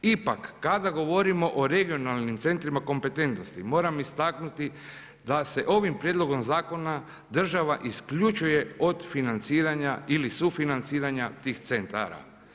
Ipak, kada govorimo o regionalnim centrima kompetentnosti, moram istaknuti da se ovim Prijedlogom zakona država isključuje od financiranja ili sufinanciranja tih centara.